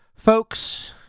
Folks